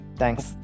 thanks